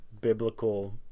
biblical